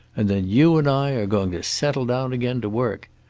and then you and i are going to settle down again to work.